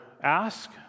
ask